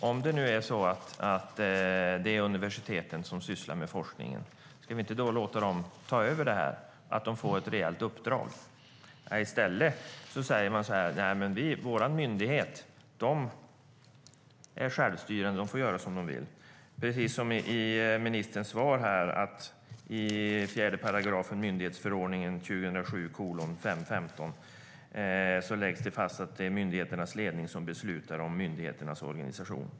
Om det nu är universiteten som sysslar med forskningen, ska vi då inte låta dem ta över detta och ge dem ett reellt uppdrag? I stället säger man: Våra myndigheter är självstyrande och får göra som de vill. Ministern tog i sitt svar upp att det i 4 § myndighetsförordningen läggs fast att det är myndigheternas ledning som beslutar om myndigheternas organisation.